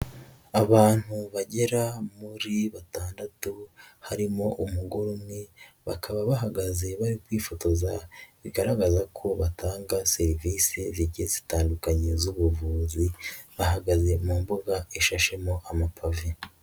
Abantu bagera muri batandatu harimo umugore umwe, bakaba bahagaze bari kwifotoza, bigaragaza ko batanga serivise zigiye zitandukanye z'ubuvuzi, bahagaze mu mbuga ishashemo amapave.